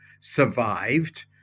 survived